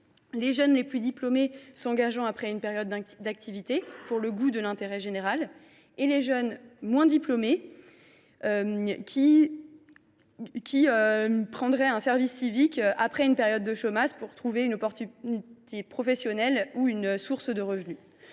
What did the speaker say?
les jeunes les plus diplômés qui s’engageraient après une période d’activité par goût de l’intérêt général et, de l’autre, les jeunes moins diplômés qui feraient un service civique après une période de chômage pour trouver une opportunité professionnelle et une source de revenus.